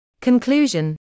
Conclusion